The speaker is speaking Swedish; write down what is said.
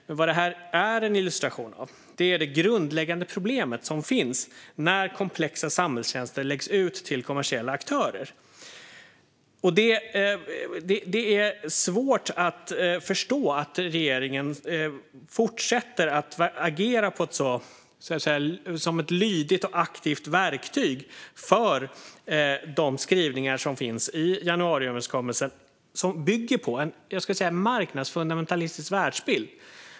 Men detta är en illustration av det grundläggande problem som finns när komplexa samhällstjänster läggs ut på kommersiella aktörer. Det är svårt att förstå att regeringen fortsätter att agera som ett lydigt och aktivt verktyg för de skrivningar som finns i januariöverenskommelsen och som bygger på en, skulle jag vilja säga, marknadsfundamentalistisk världsbild.